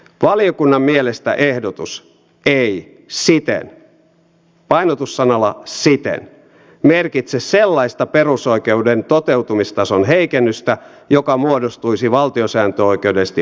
valiokunnan mielestä ehdotus ei siten painotus sanalla siten merkitse sellaista perusoikeuden toteutumistason heikennystä joka muodostuisi valtiosääntöoikeudellisesti ongelmalliseksi